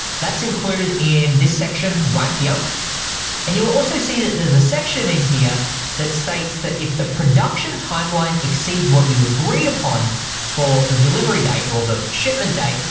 that's included in this section right here and you'll also see that there's a section in here that states that if the production timeline exceeds what you agreed upon for the delivery date or the shipment date,